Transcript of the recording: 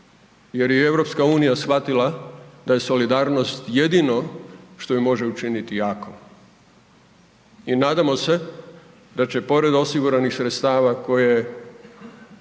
jer je i EU shvatila da je solidarnost jedino što ju može učiniti jakom. I nadamo se da će pored osiguranih sredstava za koje